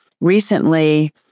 recently